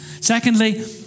Secondly